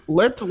let